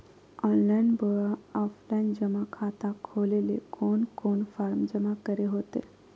Online बोया offline जमा खाता खोले ले कोन कोन फॉर्म जमा करे होते?